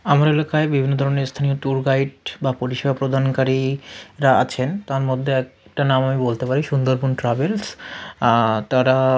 আমার এলাকায় বিভিন্ন ধরনের স্থানীয় ট্যুর গাইড বা পরিষেবা প্রদানকারীরা আছেন তার মধ্যে একটা নাম আমি বলতে পারি সুন্দরবন ট্রাভেলস তারা